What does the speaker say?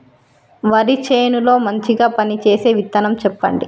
వరి చేను లో మంచిగా పనిచేసే విత్తనం చెప్పండి?